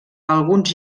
alguns